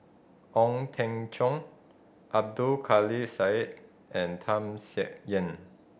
Ong Teng Cheong Abdul Kadir Syed and Tham Sien Yen